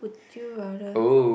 you rather